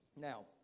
Now